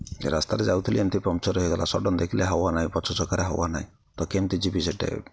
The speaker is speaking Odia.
ରାସ୍ତାରେ ଯାଉଥିଲି ଏମତି ପନ୍ଚର୍ ହୋଇଗଲା ସଡ଼ନ୍ ଦେଖିଲେ ହୱା ନାହିଁ ପଛ ଚକାରେ ହୱା ନାହିଁ ତ କେମିତି ଯିବି ସେଇଠି